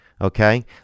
Okay